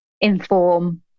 inform